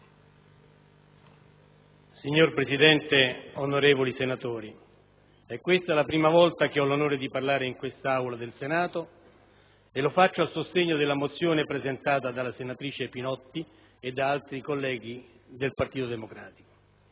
Signor Presidente, onorevoli senatori, è questa la prima volta che ho l'onore di parlare in quest'Aula del Senato e lo faccio a sostegno della mozione n. 3, presentata dalla senatrice Pinotti e da altri colleghi del Partito Democratico.